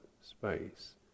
Space